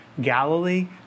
Galilee